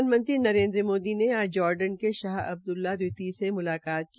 प्रधानमंत्री नरेन्द्र मोदी ने आज जोर्डन के शाह अब्दूल्ला द्वितीय से मुलाकात की